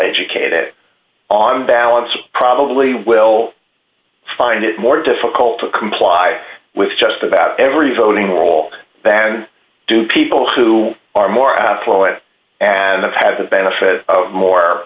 educated on balance probably will find it more difficult to comply with just about every voting role than do people who are more affluent and of have the benefit of more